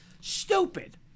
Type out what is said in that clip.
Stupid